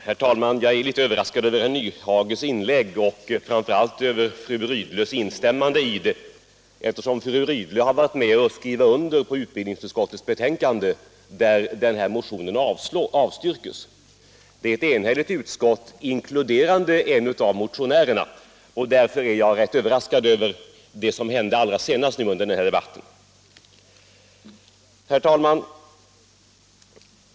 Herr talman! Jag är litet överraskad över herr Nyhages inlägg och framför allt över fru Rydles instämmande i det, eftersom fru Rydle har varit med om att skriva under utskottets betänkande, där den här motionen avstyrks. Det är ett enhälligt utskott, inkluderande en av motionärerna, som avgett betänkandet, och därför är jag överraskad över det som hände allra senast nu under debatten.